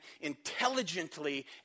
intelligently